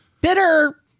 bitter